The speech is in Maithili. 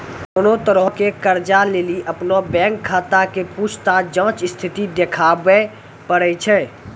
कोनो तरहो के कर्जा लेली अपनो बैंक खाता के पूछताछ जांच स्थिति देखाबै पड़ै छै